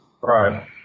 right